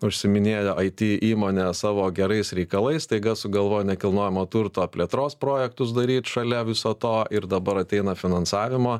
užsiiminėja it įmonės savo gerais reikalais staiga sugalvoja nekilnojamo turto plėtros projektus daryt šalia viso to ir dabar ateina finansavimo